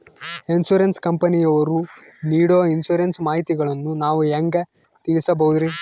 Insurance ಕಂಪನಿಯವರು ನೇಡೊ insurance ಮಾಹಿತಿಗಳನ್ನು ನಾವು ಹೆಂಗ ತಿಳಿಬಹುದ್ರಿ?